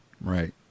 Right